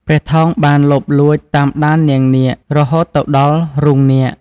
ព្រះថោងបានលបលួចតាមដាននាងនាគរហូតទៅដល់រូងនាគ។